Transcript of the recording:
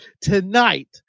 tonight